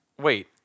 Wait